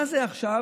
לא, מה זה עכשיו